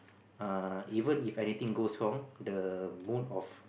uh even if anything goes wrong the mood of